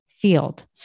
field